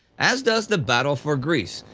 as does the battle for greece,